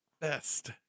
best